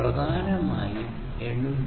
പ്രധാനമായും 802